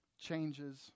changes